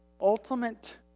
ultimate